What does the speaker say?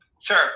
Sure